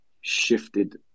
shifted